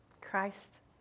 Christ